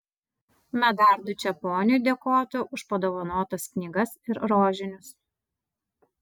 medardui čeponiui dėkota už padovanotas knygas ir rožinius